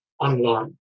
online